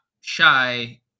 shy